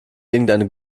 irgendeine